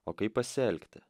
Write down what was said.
o kaip pasielgti